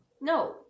No